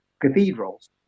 cathedrals